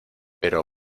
pero